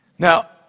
Now